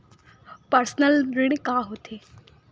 Personal ऋण का होथे?